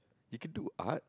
you can do Art